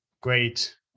great